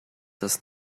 does